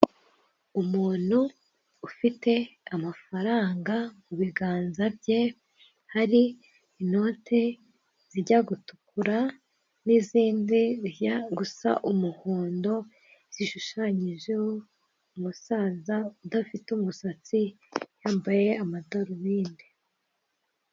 Umuntu ufite amafaranga mubiganza bye, hari inote zijya gutukura n'izindi zijya gusa umuhondo, zishushanyijeho umusaza udafite umusatsi, yambaye amadarubindi.